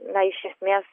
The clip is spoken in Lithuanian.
na iš esmės